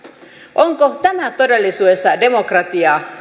onko tämä todellisuudessa demokratiaa